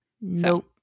Nope